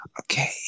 Okay